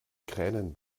kränen